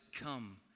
come